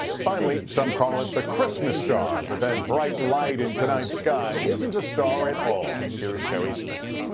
finally some call it the christmas star but that bright light in tonight's sky isn't a star at all. here's harry smith.